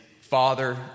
father